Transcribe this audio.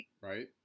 right